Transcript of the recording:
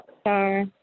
Star